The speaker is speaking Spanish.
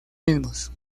mismos